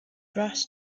brass